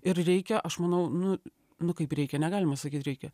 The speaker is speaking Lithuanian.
ir reikia aš manau nu nu kaip reikia negalima sakyt reikia